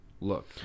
look